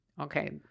Okay